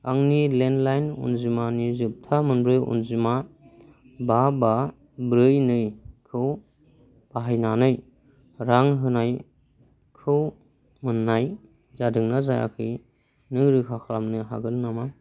आंनि लेन्डलाइन अनजिमानि जोबथा मोनब्रै अनजिमा बा बा ब्रै नैखौ बाहायनानै रां होनायखौ मोन्नाय जादों ना जायाखै नों रोखा खालामनो हागोन नामा